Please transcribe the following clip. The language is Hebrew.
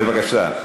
בבקשה.